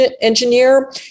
engineer